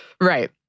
Right